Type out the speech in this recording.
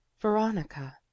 Veronica